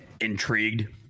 intrigued